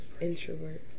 introvert